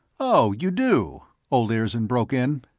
oh, you do? olirzon broke in.